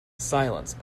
silence